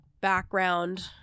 background